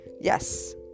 yes